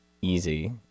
easy